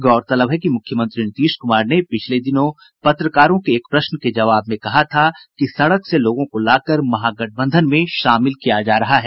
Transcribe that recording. गौरतलब है कि मुख्यमंत्री नीतीश कुमार ने पिछले दिनों पत्रकारों के प्रश्न के जवाब में कहा था कि सड़क से लोगों को लाकर महागठबंधन में शामिल किया जा रहा है